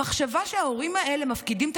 המחשבה היא שההורים האלה מפקידים את